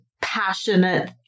passionate